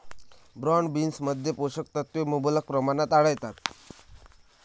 broad बीन्समध्ये पोषक तत्वे मुबलक प्रमाणात आढळतात